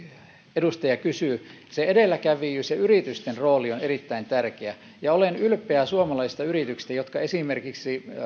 edustaja kysyy edelläkävijyys ja yritysten rooli on erittäin tärkeä ja olen ylpeä suomalaisista yrityksistä jotka esimerkiksi